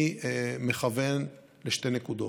אני מכוון לשתי נקודות: